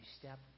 step